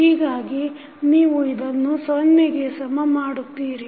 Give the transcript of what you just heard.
ಹೀಗಾಗಿ ನೀವು ಇದನ್ನು ಸೊನ್ನೆಗೆ ಸಮ ಮಾಡುತ್ತೀರಿ